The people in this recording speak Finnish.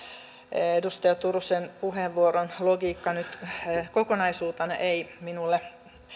edustaja turusen puheenvuoron logiikka nyt kokonaisuutena ei minulle